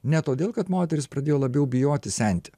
ne todėl kad moterys pradėjo labiau bijoti senti